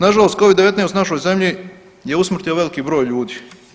Na žalost covid-19 u našoj zemlji je usmrtio veliki broj ljudi.